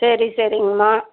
சரி சரிங்கம்மா